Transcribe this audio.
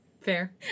Fair